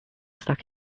stuck